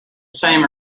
same